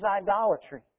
idolatry